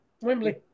Wembley